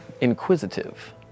inquisitive